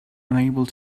unable